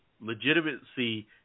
legitimacy